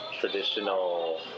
traditional